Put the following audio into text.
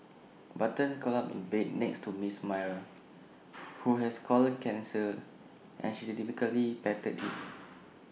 button curled up in bed next to miss Myra who has colon cancer and she rhythmically patted IT